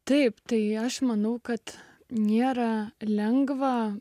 taip tai aš manau kad nėra lengva